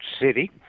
city